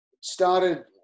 started